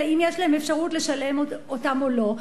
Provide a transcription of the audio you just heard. אם יש להם אפשרות לשלם עליהם או לא,